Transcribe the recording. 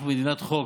אנחנו מדינת חוק,